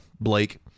Blake